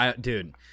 Dude